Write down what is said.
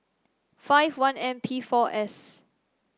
five one M P four S